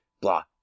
blah